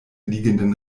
liegenden